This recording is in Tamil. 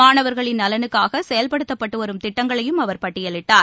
மாணவர்களின் நலனுக்காகசெயல்படுத்தப்பட்டுவரும் திட்டங்களையும் அவர் பட்டியலிட்டார்